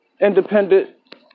independent